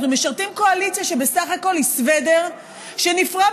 אנחנו משרתים קואליציה שבסך הכול היא סוודר שנפרם